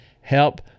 help